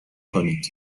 کنید